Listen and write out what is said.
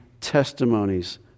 testimonies